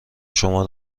شما